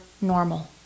normal